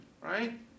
Right